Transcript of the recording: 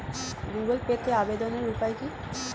Google পেতে আবেদনের উপায় কি?